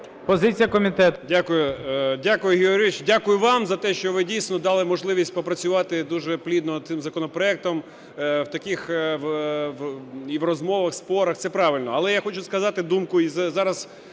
Георгій Георгійович. Дякую вам за те, що ви дійсно дали можливість попрацювати дуже плідно над цим законопроектом у таких і в розмовах, спорах, це правильно. Але я хочу сказати думку і зараз